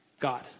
god